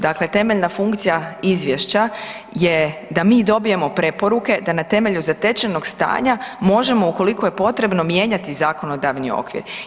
Dakle, temeljna funkcija izvješća je da mi dobijemo preporuke da na temelju zatečenog stanja možemo ukoliko je potrebno mijenjati zakonodavni okvir.